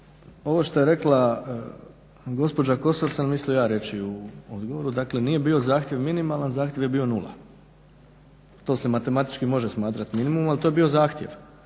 ovo što je rekla gospođa Kosor sam mislio ja reći u odgovoru, dakle nije bio zahtjev minimalan, zahtjev je bio nula. To se matematički može smatrat minimumom, ali to je bio zahtjev.